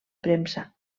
premsa